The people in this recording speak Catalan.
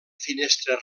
finestra